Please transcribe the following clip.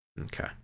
Okay